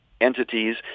entities